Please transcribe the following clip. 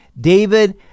David